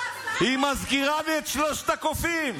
היא מזכירה לי את שלושת הקופים.